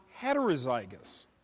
heterozygous